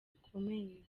bikomeye